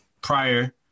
prior